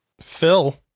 phil